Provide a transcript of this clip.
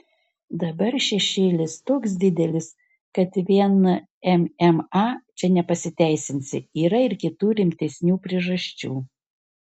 dabar šešėlis toks didelis kad vien mma čia nepasiteisinsi yra ir kitų rimtesnių priežasčių